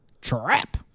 Trap